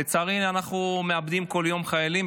לצערי אנחנו מאבדים כל יום חיילים,